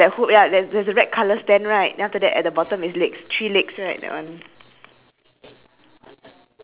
is is your leg I mean then let's see ah but like have the stand right it's like a triang~ it's like a trip~ t~ got three legs like that